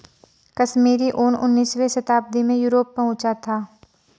कश्मीरी ऊन उनीसवीं शताब्दी में यूरोप पहुंचा था